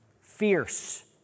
fierce